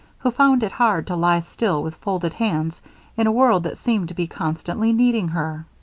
who found it hard to lie still with folded hands in a world that seemed to be constantly needing her.